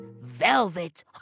velvet